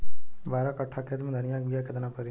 बारह कट्ठाखेत में धनिया के बीया केतना परी?